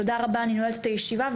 תודה רבה, אני נועלת את הישיבה.